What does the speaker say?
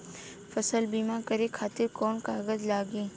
फसल बीमा करे खातिर कवन कवन कागज लागी?